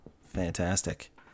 Fantastic